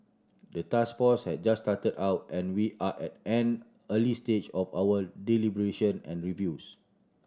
the task force has just started and we are at an early stage of our deliberation and reviews